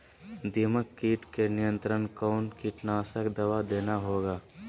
दीमक किट के नियंत्रण कौन कीटनाशक दवा देना होगा?